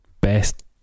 best